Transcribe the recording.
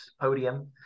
podium